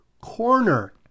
corner